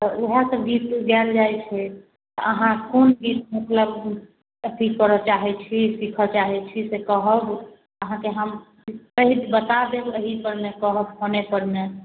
तऽ वएहसब गीत गाएल जाइ छै तऽ अहाँ कोन गीत मतलब अथी करऽ चाहै छी सीखऽ चाहै छी से कहब अहाँके हम कही तऽ हम बता देब एही परमे कहब फोने परमे